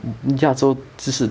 mm~ 亚洲知识